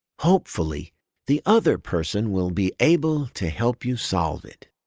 hopefully the other person will be able to help you solve it.